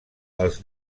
els